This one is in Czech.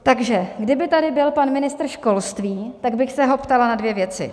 Takže kdyby tady byl pan ministr školství, tak bych se ho ptala na dvě věci.